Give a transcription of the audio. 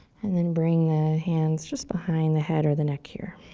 and then bring the hands just behind the head or the neck here.